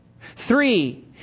Three